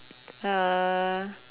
uh